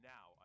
Now